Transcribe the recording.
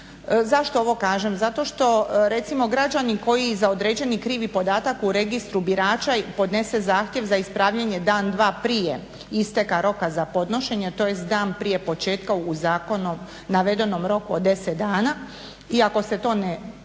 Zašto ovo kažem, zato što recimo građanin koji za određeni krivi podatak u registru birača podnese zahtjev za ispravljanje dan, dva prije isteka roka za podnošenje tj. dan prije početka u zakonu navedenom roku od 10 dana i ako se to ne izvrši